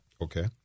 Okay